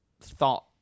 thought